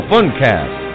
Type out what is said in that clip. Funcast